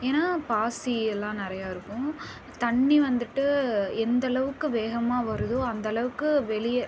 ஏன்னா பாசி எல்லாம் நிறையா இருக்கும் தண்ணி வந்துவிட்டு எந்தளவுக்கு வேகமாக வருதோ அந்தளவுக்கு வெளியே